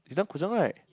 you done Gu Zheng right